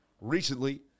recently